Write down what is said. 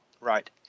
Right